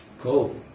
Cool